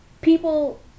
people